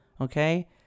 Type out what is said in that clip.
Okay